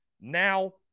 Now